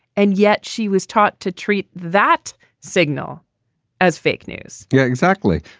and yet she was taught to treat that signal as fake news yeah, exactly.